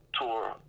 Tour